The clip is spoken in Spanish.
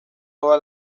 toda